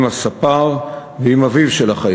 עם סגל בית-הכלא, עם הספר ועם אביו של החייל.